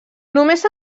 només